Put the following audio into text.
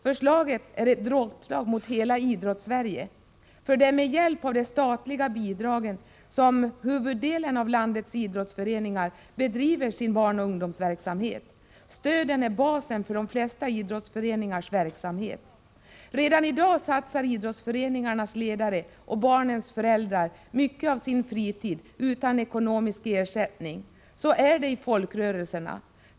Förslaget är ett dråpslag mot hela Idrottssverige, för det är med hjälp av det statliga bidraget som huvuddelen av landets idrottsföreningar bedriver sin barnoch ungdomsverksamhet. Stöden är basen för de flesta idrottsföreningars verksamhet. Redan i dag satsar idrottsföreningarnas ledare och barnens föräldrar mycket av sin fritid utan ekonomisk ersättning. Så är det i folkrörelserna.